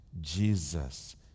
Jesus